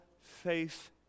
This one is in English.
faith